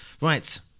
right